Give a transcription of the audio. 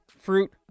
fruit